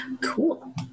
cool